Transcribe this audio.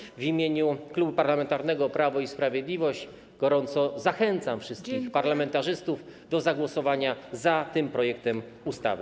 Dlatego w imieniu Klubu Parlamentarnego Prawo i Sprawiedliwość gorąco zachęcam wszystkich parlamentarzystów do zagłosowania za tym projektem ustawy.